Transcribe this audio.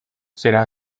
será